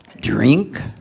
drink